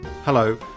Hello